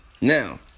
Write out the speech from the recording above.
Now